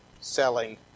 selling